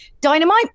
dynamite